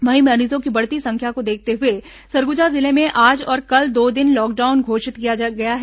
वहीं मरीजों की बढ़ती संख्या को देखते हुए सरगुजा जिले में आज और कल दो दिन लॉकडाउन घोषित किया गया है